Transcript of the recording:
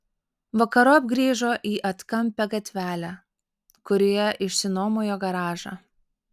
vakarop grįžo į atkampią gatvelę kurioje išsinuomojo garažą